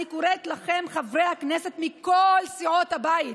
אני קוראת לכם, חברי הכנסת מכל סיעות הבית,